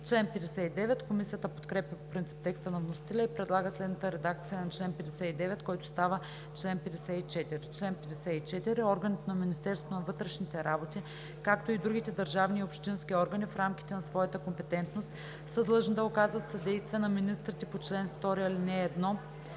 Комисията подкрепя по принцип текста на вносителя и предлага следната редакция на чл. 59, който става чл. 54: „Чл. 54. Органите на Министерството на вътрешните работи, както и другите държавни и общински органи, в рамките на своята компетентност, са длъжни да оказват съдействие на министрите по чл. 2, ал. 1,